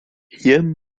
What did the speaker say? jem